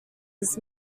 his